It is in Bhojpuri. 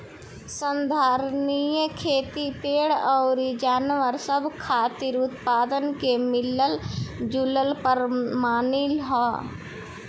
संधारनीय खेती पेड़ अउर जानवर सब खातिर उत्पादन के मिलल जुलल प्रणाली ह